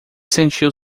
sentiu